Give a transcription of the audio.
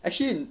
actually